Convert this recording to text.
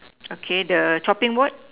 okay the chopping board